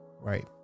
right